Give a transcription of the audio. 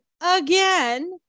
again